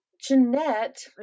Jeanette